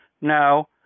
No